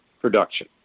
production